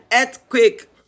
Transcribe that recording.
earthquake